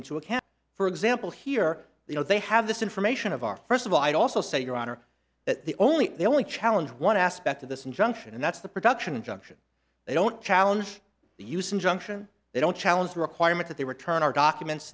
into account for example here you know they have this information of our first of all i'd also say your honor the only the only challenge one aspect of this injunction and that's the production injunction they don't challenge the use injunction they don't challenge the requirement that they return our documents